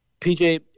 PJ